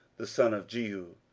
the son of jehu,